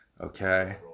okay